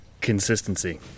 consistency